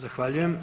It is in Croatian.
Zahvaljujem.